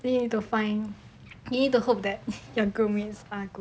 still need to find need to hope that your group mates like you